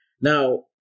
Now